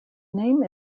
name